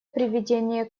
приведение